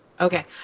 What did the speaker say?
Okay